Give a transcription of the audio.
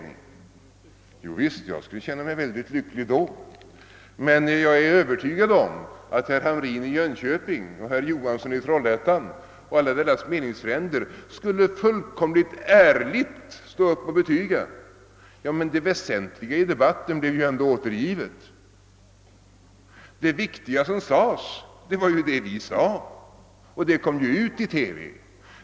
Det är klart att jag skulle känna mig mycket lycklig då, men jag är övertygad om att herr Hamrin i Jönköping och herr Johansson i Trollhättan och alla deras meningsfränder skulle fullkomligt ärligt stå upp och betyga att det väsentliga i debatten ändå blev återgivet, att det viktiga som sades, det var vad deras meningsfränder sade. Och det kom ju ut i TV, skulle man säga.